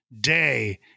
day